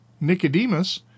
Nicodemus